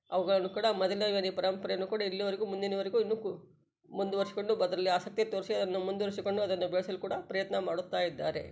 ಅವುಗಳನ್ನು ಕೂಡ ಪರಂಪರೆಯನ್ನು ಕೂಡ ಇಲ್ಲಿವರೆಗೂ ಮುಂದಿನವರೆಗೂ ಇನ್ನೂ ಕು ಮುಂದುವರೆಸ್ಕೊಂಡು ಬದರ್ಲಿ ಆಸಕ್ತಿ ತೋರಿಸಿ ಅದನ್ನು ಮುಂದುವರೆಸಿಕೊಂಡು ಅದನ್ನು ಬೆಳೆಸಲು ಕೂಡ ಪ್ರಯತ್ನ ಮಾಡುತ್ತ ಇದ್ದಾರೆ